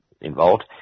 involved